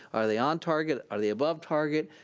are they on target? are they above target?